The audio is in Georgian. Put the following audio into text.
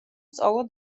სწავლა